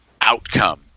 outcome